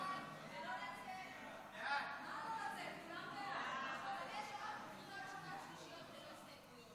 סעיפים 1 7 נתקבלו.